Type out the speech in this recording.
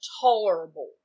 tolerable